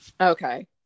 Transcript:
Okay